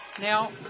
now